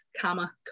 comma